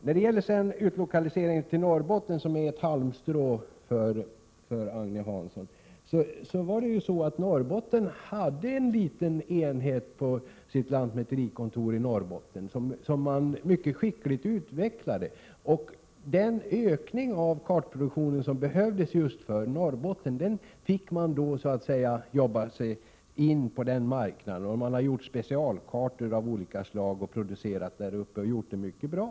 När det sedan gäller utlokalisering till Norrbotten, som är ett halmstrå för Agne Hansson, hade Norrbotten en liten enhet på sitt lantmäterikontor som man mycket skickligt utvecklade. Det behövdes en ökning av kartproduktionen för Norrbotten, och man fick så att säga jobba sig in på marknaden. Man har gjort specialkartor av olika slag där uppe, och det har man klarat mycket bra.